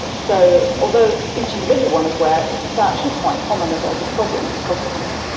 so although each individual one is rare, they are actually quite common as as a problem across the country.